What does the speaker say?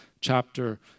chapter